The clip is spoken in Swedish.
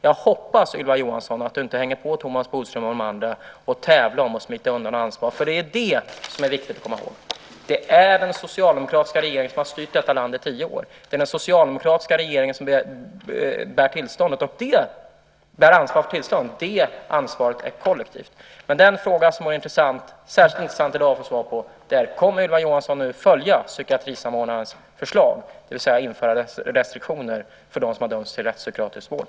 Jag hoppas, Ylva Johansson, att du inte hakar på Thomas Bodström och de andra och tävlar om att smita undan ansvar. Det som är viktigt att komma ihåg är att det är socialdemokratiska regeringar som har styrt detta land i tio år. Det är den socialdemokratiska regeringen som bär ansvar för tillståndet, och det ansvaret är kollektivt. Men den fråga som är särskilt intressant att få svar på i dag är om Ylva Johansson nu kommer att följa psykiatrisamordnarens förslag, det vill säga att införa restriktioner för dem som har dömts till rättspsykiatrisk vård.